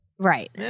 Right